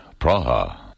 Praha